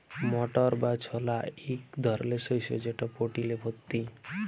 মটর বা ছলা ইক ধরলের শস্য যেট প্রটিলে ভত্তি